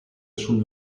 sul